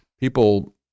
People